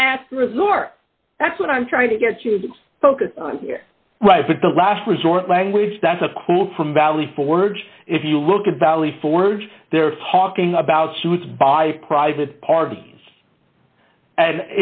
last resort that's what i'm trying to get you right but the last resort language that's a cool from valley forge if you look at valley forge they're talking about suits by private party and